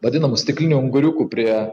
vadinamų stiklinių unguriukų prie